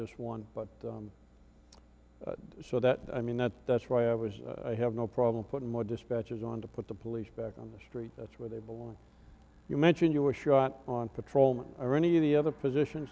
just one but so that i mean that that's why i was i have no problem putting more dispatches on to put the police back on the street that's where they belong you mentioned you were shot on patrol or any of the other p